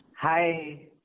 Hi